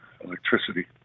electricity